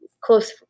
close